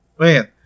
Man